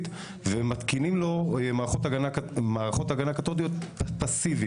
ומתקינים לו מערכות הגנה קתודיות פסיבית,